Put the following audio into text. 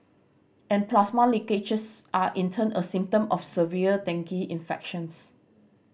and plasma leakages are in turn a symptom of severe dengue infections